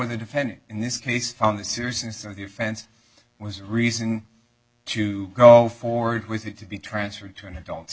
the defendant in this case from the seriousness of the offense was reason to go forward with it to be transferred to an adult